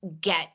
get